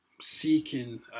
seeking